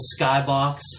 Skybox